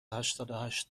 هشتادوهشت